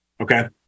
Okay